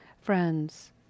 Friends